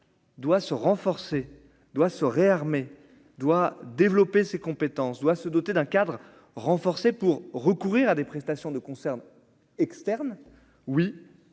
doit se renforcer, doit se réarmer doit développer ses compétences doit se doter d'un cadre renforcé pour recourir à des prestations ne concerne externe oui